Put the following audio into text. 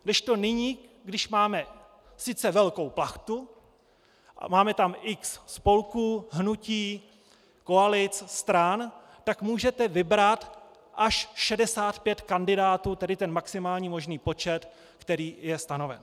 Kdežto nyní, když máme sice velkou plachtu a máme tam x spolků, hnutí, koalic, stran, tak můžete vybrat až 65 kandidátů, tedy ten maximální možný počet, který je stanoven.